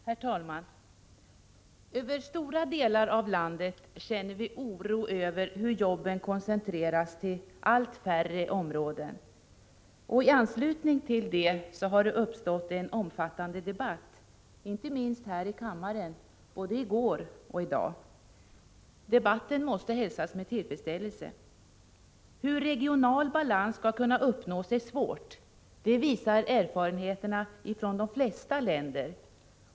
Herr talman! Människor i stora delar av vårt land känner oro för hur jobben koncentreras till allt färre områden. Av den anledningen har en omfattande debatt uppstått, inte minst här i kammaren. Det framgår ju av debatten både i går och i dag. Debatten måste hälsas med tillfredsställelse. Att uppnå regional balans är en svår uppgift. Det visar de erfarenheter som man har gjort i flertalet länder.